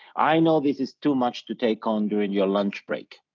i know this is too much to take on during your lunch break,